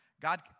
God